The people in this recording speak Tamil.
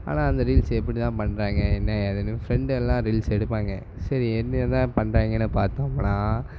ஆனால் அந்த ரீல்ஸு எப்படி தான் பண்ணுறாங்ய்க என்ன எதுன்னு ஃப்ரெண்டு எல்லா ம் ரீல்ஸு எடுப்பாங்கள் சரி என்னதான் பண்ணுறாய்ங்கன்னு பார்த்தமுன்னா